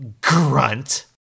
grunt